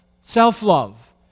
self-love